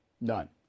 None